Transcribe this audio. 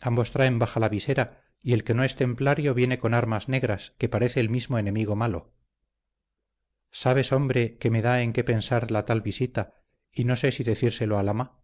ambos traen baja la visera y el que no es templario viene con armas negras que parece el mismo enemigo malo sabes hombre que me da en qué pensar la tal visita y no sé si decírselo al ama